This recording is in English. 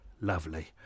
lovely